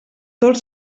tord